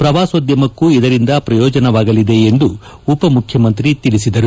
ಪ್ರವಾಸೋದ್ಯಮಕ್ಕೂ ಇದರಿಂದ ಪ್ರಯೋಜನವಾಗಲಿದೆ ಎಂದು ಉಪಮುಖ್ಯಮಂತ್ರಿ ತಿಳಿಸಿದರು